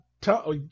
tell